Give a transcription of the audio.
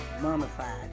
mummified